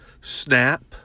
snap